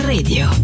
Radio